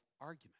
argument